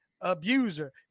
abuser